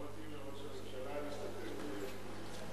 זה לא מתאים לראש הממשלה להשתתף בדיון כזה.